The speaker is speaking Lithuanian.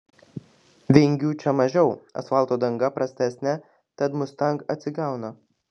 vingių čia mažiau asfalto danga prastesnė tad mustang atsigauna